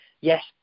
yes